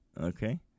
Okay